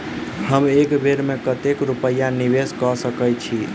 हम एक बेर मे कतेक रूपया निवेश कऽ सकैत छीयै?